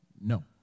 no